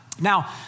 Now